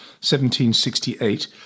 17.68